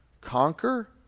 conquer